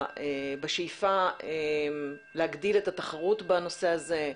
בשאיפה להגדיל את התחרות בנושא הזה,